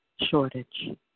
shortage